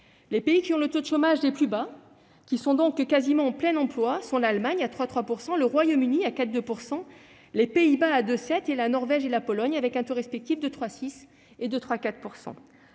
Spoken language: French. Les pays qui ont le taux de chômage le plus bas sont donc quasiment au plein emploi : l'Allemagne est à 3,3 %, le Royaume-Uni à 4,2 %, les Pays-Bas à 2,7 %; la Norvège et la Pologne présentent un taux respectif de 3,6 % et de 3,4